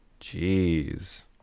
jeez